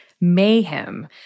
mayhem